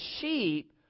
sheep